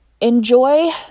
Enjoy